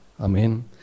Amen